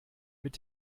mit